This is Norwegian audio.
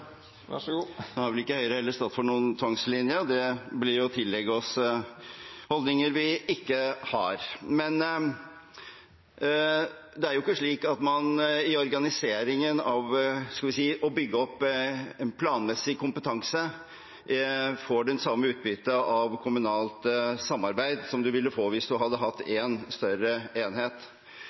Nå har vel heller ikke Høyre stått for noen tvangslinje. Det blir å tillegge oss holdninger vi ikke har. Det er ikke slik at man i organiseringen av – skal vi si – å bygge opp planmessig kompetanse får det samme utbyttet av kommunalt samarbeid som man ville fått hvis man hadde hatt én større enhet.